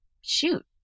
shoot